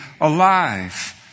alive